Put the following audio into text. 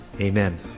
amen